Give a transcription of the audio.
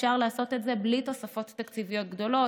אפשר לעשות את זה בלי תוספות תקציביות גדולות,